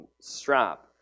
strap